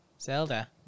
Zelda